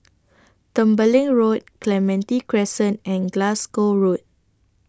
Tembeling Road Clementi Crescent and Glasgow Road